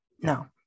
No